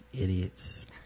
idiots